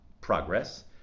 progress